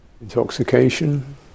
intoxication